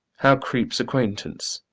how creeps acquaintance?